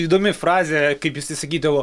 įdomi frazė kaip jisai sakydavo